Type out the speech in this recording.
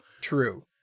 true